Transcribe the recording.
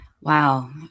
Wow